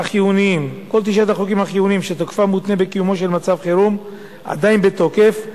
החיוניים שתוקפם מותנה בקיומו של מצב חירום עדיין בתוקף,